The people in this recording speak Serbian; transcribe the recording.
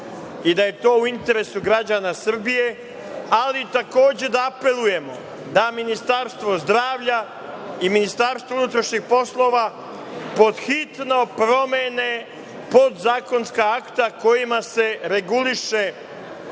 i da je to u interesu građana Srbije, ali takođe da apelujemo da Ministarstvo zdravlja i Ministarstvo unutrašnjih poslova pod hitno promene podzakonska akta kojima se reguliše